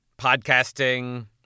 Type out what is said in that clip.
podcasting